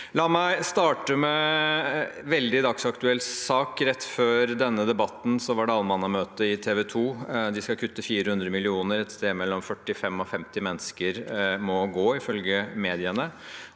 La meg starte med en veldig dagsaktuell sak. Rett før denne debatten var det allmannamøte i TV 2. De skal kutte 400 mill. kr, et sted mellom 45 og 50 mennesker må gå, ifølge mediene,